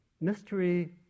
mystery